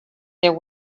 there